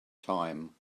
time